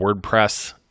WordPress